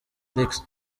alex